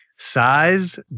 Size